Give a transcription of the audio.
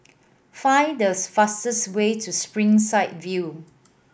find thus fastest way to Springside View